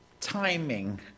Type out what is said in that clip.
timing